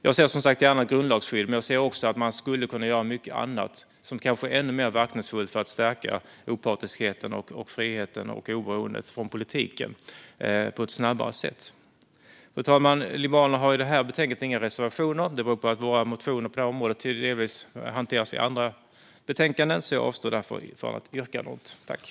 Jag ser som sagt gärna ett grundlagsskydd, men jag ser också att man skulle kunna göra mycket annat som kanske är ännu mer verkningsfullt för att stärka opartiskheten, friheten och oberoendet av politiken på ett snabbare sätt. Fru talman! Liberalerna har i det här betänkandet inga reservationer. Det beror på att våra motioner på det här området delvis hanteras i andra betänkanden. Jag avstår därför från att göra något yrkande.